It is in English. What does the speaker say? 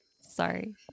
Sorry